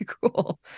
cool